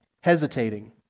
hesitating